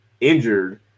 injured